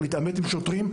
להתעמת עם שוטרים,